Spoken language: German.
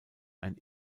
ein